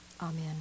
Amen